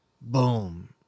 Boom